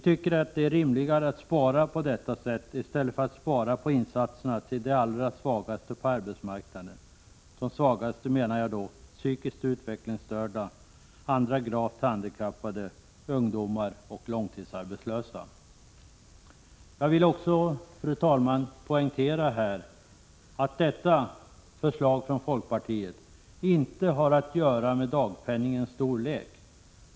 Det är rimligare att spara på detta sätt än att spara på insatserna för de allra svagaste på arbetsmarknaden — jag menar då psykiskt utvecklingsstörda, andra gravt handikappade, ungdomar och långtidsarbetslösa. Jag vill också poängtera att detta förslag från folkpartiet inte har att göra med dagpenningens storlek.